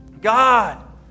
God